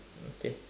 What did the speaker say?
okay